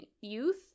youth